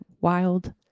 wild